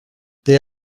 they